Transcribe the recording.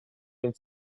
den